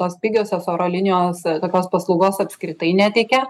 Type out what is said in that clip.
tos pigiosios oro linijos tokios paslaugos apskritai neteikia